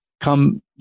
come